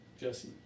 Jesse